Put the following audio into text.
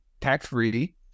tax-free